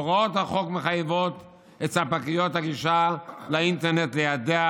הוראות החוק מחייבות את ספקיות הגלישה באינטרנט ליידע